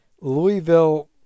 Louisville